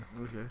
Okay